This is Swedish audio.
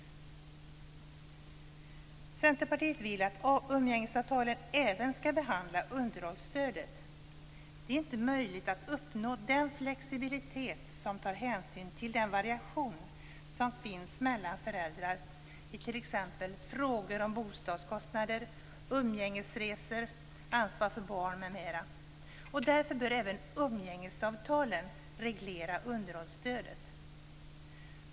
Centerpartiet vill att umgängesavtalen även skall behandla underhållsstödet. I dag är det inte möjlighet att uppnå en flexibilitet som tar hänsyn till den variation som finns mellan föräldrar i t.ex. frågor om bostadskostnader, umgängesresor, ansvar för barn m.m. Därför bör även umgängesavtalen reglera underhållsstödet.